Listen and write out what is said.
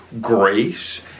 grace